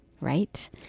right